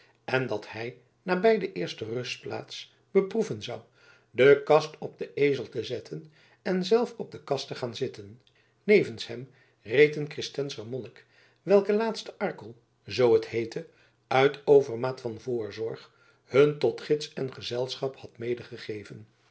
en dat hij nabij de eerste rustplaats beproeven zou de kast op den ezel te zetten en zelf op de kast te gaan zitten nevens hem reed een cistenser monnik welken laatsten arkel zoo t heette uit overmaat van voorzorg hun tot gids en gezelschap had